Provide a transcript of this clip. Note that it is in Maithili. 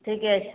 ठीके छै